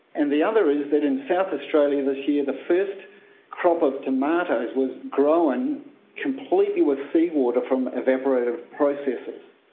and the other is that in south australia this year the first crop of tomatoes was grown completely with seawater from evaporative processes,